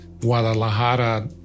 Guadalajara